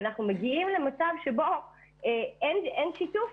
ואנחנו מגיעים למצב שבו אין שיתוף,